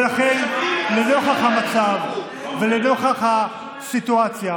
ולכן, לנוכח המצב ולנוכח הסיטואציה,